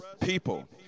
people